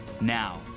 Now